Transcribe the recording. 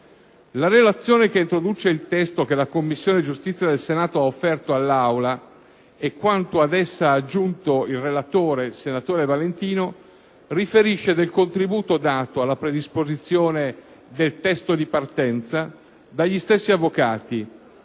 La relazione che introduce il testo che la Commissione giustizia del Senato ha offerto all'Aula (e quanto ad essa ha aggiunto il relatore, senatore Valentino) riferisce del contributo dato alla predisposizione del testo di partenza dagli stessi avvocati,